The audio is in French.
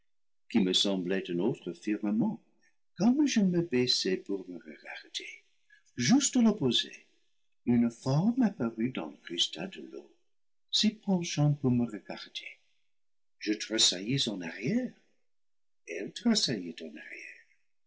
qui me semblait un autre fir marnent comme je me baissais pour me regarder juste à l'op posé une forme apparut dans le cristal de l'eau s'y penchant pour me regarder je tressaillis en arrière elle tressaillit en arrière